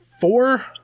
four